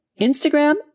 Instagram